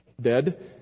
dead